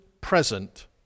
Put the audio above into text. present